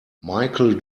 michael